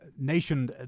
nation